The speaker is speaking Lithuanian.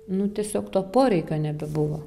nu tiesiog to poreikio nebebuvo